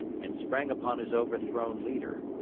and sprang upon his overthrown leader.